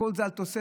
הכול זה על תוספת,